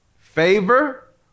favor